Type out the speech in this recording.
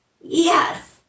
Yes